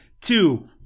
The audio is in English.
Two